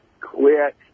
quit